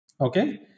Okay